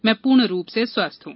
मैं पूर्ण रूप से स्वस्थ हं